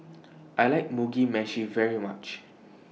I like Mugi Meshi very much